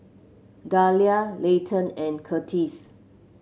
Dalia Leighton and Curtis